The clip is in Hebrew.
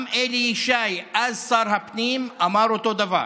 גם אלי ישי, אז שר הפנים, אמר אותו דבר.